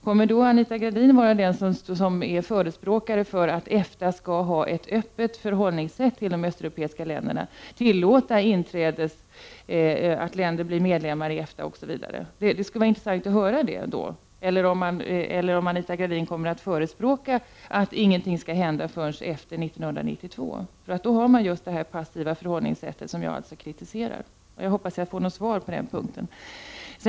Kommer Anita Gradin att vara den som är förespråkare för att EFTA skall ha ett öppet förhållningssätt till de östeuropeiska länderna och tillåta att andra länder blir medlemmar i EFTA osv.? Det skulle vara intressant att få höra det. Kommer Anita Gradin att förespråka att ingenting skall hända förrän efter 1992? I så fall har hon det passiva förhållningssätt som jag alltså kritiserar. Jag hoppas få svar på den punkten.